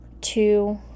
two